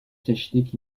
technik